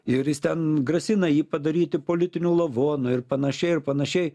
ir jis ten grasina jį padaryti politiniu lavonu ir panašiai ir panašiai